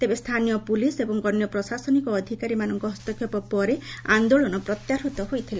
ତେବେ ସ୍ରାନୀୟ ପୁଲିସ ଏବଂ ଅନ୍ୟ ପ୍ରଶାସନିକ ଅଧିକାରୀ ମାନଙ୍କ ହସ୍ତକ୍ଷେପ ପରେ ଆନ୍ଦୋଳନ ପ୍ରତ୍ୟାହୃତ ହୋଇଥିଲା